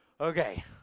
Okay